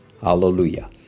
Hallelujah